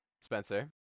Spencer